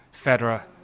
Federer